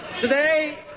Today